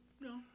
No